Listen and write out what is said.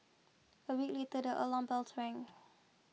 a week later the alarm bells rang